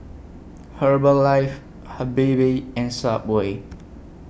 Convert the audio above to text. Herbalife Habibie and Subway